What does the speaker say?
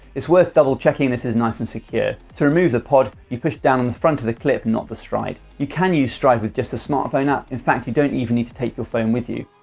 it's worth double checking this is nice and secure. to remove the pod, you push down on the front of the clip, not the stryd. you can use stryd with just the smartphone app. in fact you don't even need to take your phone with you.